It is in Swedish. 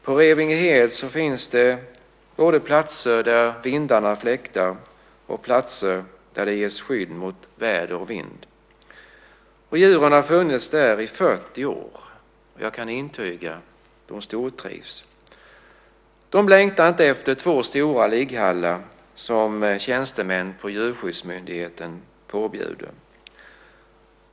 På Revingehed finns det både platser där vindarna fläktar och platser där det ges skydd mot väder och vind. Djuren har funnits där i 40 år. Jag kan intyga att de stortrivs. De längtar inte efter två stora ligghallar som tjänstemän på Djurskyddsmyndigheten påbjuder.